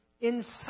inside